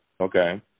Okay